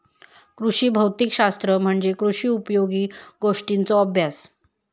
कृषी भौतिक शास्त्र म्हणजे कृषी उपयोगी गोष्टींचों अभ्यास